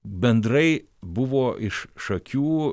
bendrai buvo iš šakių